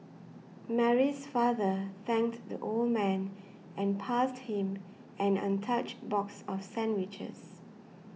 Mary's father thanked the old man and passed him an untouched box of sandwiches